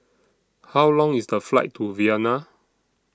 How Long IS The Flight to Vienna